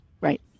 Right